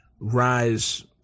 rise